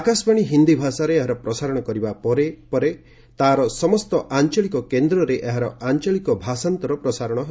ଆକାଶବାଣୀ ହିନ୍ଦୀ ଭାଷାରେ ଏହାର ପ୍ରସାରଣ କରିବା ପରେ ପରେ ତା'ର ସମସ୍ତ ଆଞ୍ଚଳିକ କେନ୍ଦ୍ରରେ ଏହାର ଆଞ୍ଚଳିକ ଭାଷାନ୍ତର ପ୍ରସାରଣ ହେବ